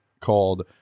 called